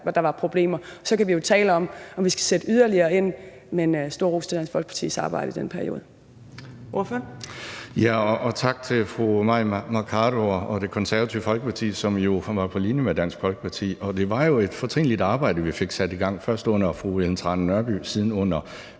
der var problemer. Så kan vi jo tale om, om vi skal sætte yderligere ind, men stor ros til Dansk Folkepartis arbejde i den periode. Kl. 13:50 Fjerde næstformand (Trine Torp): Ordføreren. Kl. 13:50 Alex Ahrendtsen (DF): Tak til fru Mai Mercado og Det Konservative Folkeparti, som jo var på linje med Dansk Folkeparti. Det var jo et fortrinligt arbejde, vi fik sat i gang, først under fru Ellen Trane Nørby og siden under